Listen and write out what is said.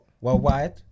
worldwide